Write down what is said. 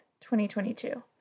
2022